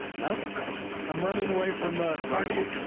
yeah nothing i'm running away from a cardiac,